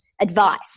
Advice